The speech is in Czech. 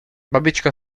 babička